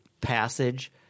passage